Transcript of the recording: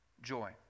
joy